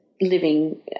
living